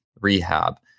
rehab